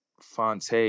Fonte